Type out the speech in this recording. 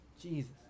Jesus